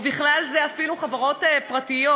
ובכלל זה אפילו חברות פרטיות,